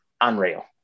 unreal